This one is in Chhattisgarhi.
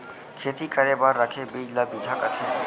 खेती करे बर रखे बीज ल बिजहा कथें